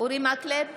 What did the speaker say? אורי מקלב,